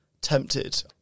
tempted